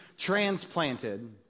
transplanted